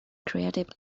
creative